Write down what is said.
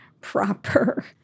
proper